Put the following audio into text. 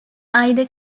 either